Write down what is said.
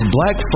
Black